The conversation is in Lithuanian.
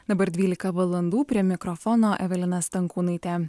dabar dvylika valandų prie mikrofono evelina stankūnaitė